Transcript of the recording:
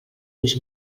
ulls